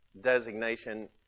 designation